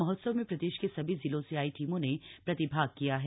महोत्सव में प्रदेश के सभी जिलों से आयी टीमों ने प्रतिभाग किया है